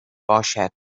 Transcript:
باشد